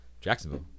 Jacksonville